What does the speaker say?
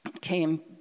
Came